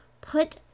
put